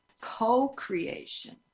co-creation